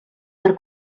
per